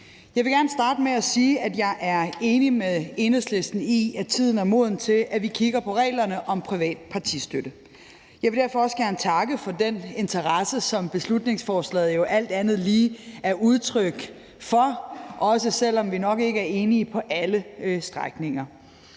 Jeg vil gerne starte med at sige, at jeg er enig med Enhedslisten i, at tiden er moden til, at vi kigger på reglerne om privat partistøtte. Jeg vil derfor også gerne takke for den interesse, som beslutningsforslaget jo alt andet lige er udtryk for, også selv om vi nok ikke er enige på alle strækninger.